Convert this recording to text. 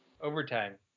overtime